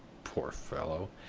poor fellow,